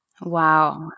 Wow